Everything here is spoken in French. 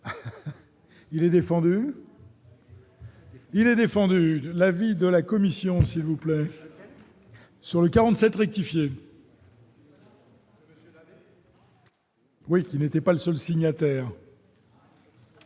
Il est défendu. Il a défendu l'avis de la commission s'il vous plaît, sur les 47 rectifier. Oui, ce n'était pas le seul signataire.